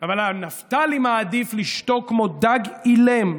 אבל נפתלי מעדיף לשתוק כמו דג אילם,